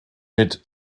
mit